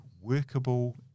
workable